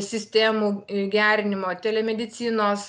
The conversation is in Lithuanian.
sistemų gerinimo telemedicinos